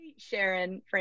Sharon